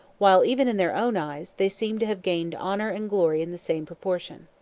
while, even in their own eyes, they seemed to have gained honour and glory in the same proportion.